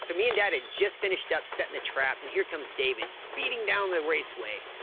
so me and dad had just finished up setting the trap and here comes david speeding down the raceway.